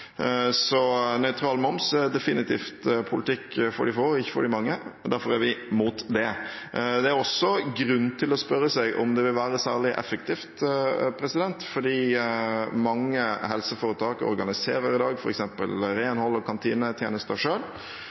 Så nøytral moms er definitivt politikk for de få og ikke for de mange. Derfor er vi imot det. Det er også grunn til å spørre seg om det vil være særlig effektivt, for mange helseforetak organiserer jo i dag f.eks. renholds- og kantinetjenester